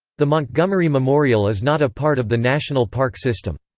the montgomery memorial is not a part of the national park system.